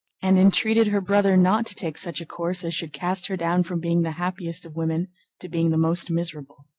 and entreated her brother not to take such a course as should cast her down from being the happiest of women to being the most miserable.